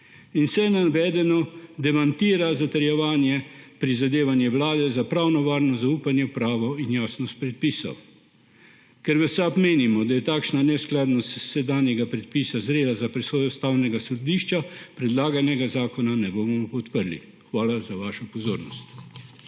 In vse navedeno demantira zatrjevanje prizadevanje Vlade za pravno varnost, zaupanje v pravo in jasnost predpisov. Ker v SAB menimo, da je takšna neskladnost sedanjega predpisa zrela za presojo Ustavnega sodišča, predlaganega zakona ne bomo podprli. Hvala za vašo pozornost.